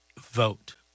Vote